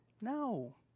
No